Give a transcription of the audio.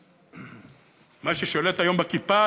מה ששולט היום בכיפה,